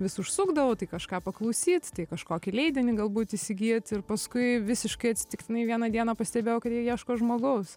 vis užsukdavau tai kažką paklausyt tai kažkokį leidinį galbūt įsigyt ir paskui visiškai atsitiktinai vieną dieną pastebėjau kad jie ieško žmogaus